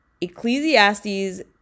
ecclesiastes